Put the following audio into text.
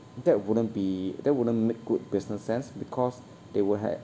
that wouldn't be that wouldn't make good business sense because they will ha~